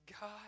God